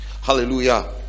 hallelujah